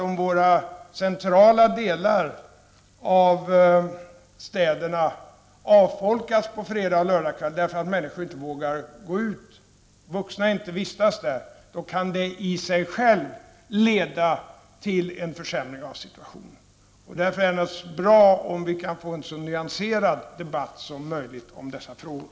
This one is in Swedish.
Om de centrala delarna av städerna avfolkas på fredagsoch lördagskvällar därför att människor inte vågar vistas där, är det klart att detta i sig kan leda till en försämring av situa tionen. Därför är det naturligtvis bra om vi kan få en så nyanserad debatt som möjligt om dessa frågor.